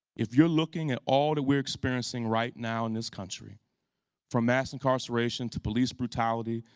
if you're looking at all that we're experiencing right now in this country from mass incarceration, to police brutality,